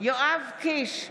יואב קיש,